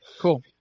Cool